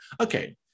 Okay